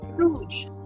huge